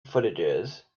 footages